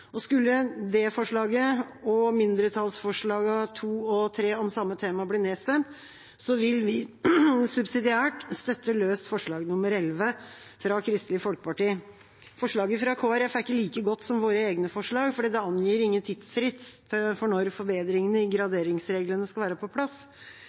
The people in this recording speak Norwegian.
Skulle det forslaget og mindretallsforslagene nr. 2 og 3 om samme tema bli nedstemt, vil vi subsidiært støtte forslag nr. l l, fra Kristelig Folkeparti. Forslaget fra Kristelig Folkeparti er ikke like godt som våre egne forslag, for det angir ingen tidsfrist for når forbedringene i